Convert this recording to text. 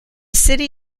city